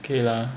okay lah